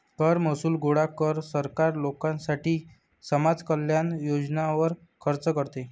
कर महसूल गोळा कर, सरकार लोकांसाठी समाज कल्याण योजनांवर खर्च करते